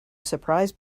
surprise